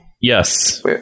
Yes